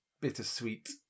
bittersweet